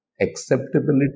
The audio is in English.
acceptability